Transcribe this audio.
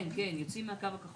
כן, כן, יוצאים מהקו הכחול.